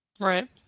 Right